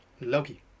Loki